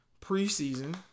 preseason